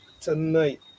tonight